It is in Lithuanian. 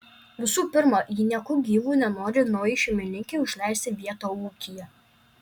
visų pirma ji nieku gyvu nenori naujai šeimininkei užleisti vietą ūkyje